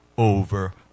over